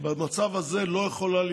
רשות התחרות אף